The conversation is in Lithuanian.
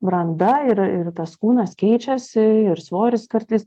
branda ir ir tas kūnas keičiasi ir svoris kartais